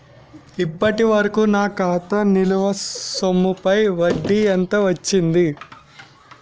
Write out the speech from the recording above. ఇప్పటి వరకూ నా ఖాతా నిల్వ సొమ్ముపై వడ్డీ ఎంత వచ్చింది?